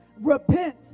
Repent